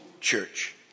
church